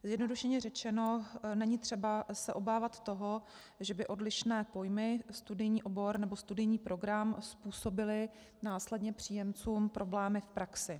Zjednodušeně řečeno není třeba se obávat toho, že by odlišné pojmy studijní obor nebo studijní program způsobily následně příjemcům problémy v praxi.